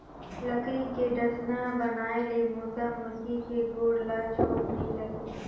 लकरी के डसना बनाए ले मुरगा मुरगी के गोड़ ल चोट नइ लागे